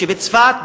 בצפת,